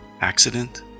accident